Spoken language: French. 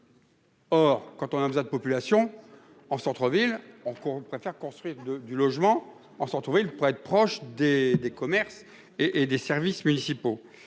Or, quand on a besoin de populations. En centre-ville on on préfère construire de du logement en se retrouver le prêtre proche des des commerces et des services municipaux.